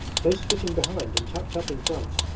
close-fitting behind and tucked up in front,